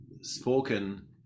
spoken